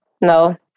no